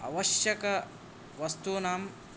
अवश्यकवस्तूनाम्